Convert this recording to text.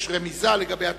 יש רמיזה לגבי התקציב.